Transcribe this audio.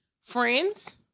Friends